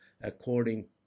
according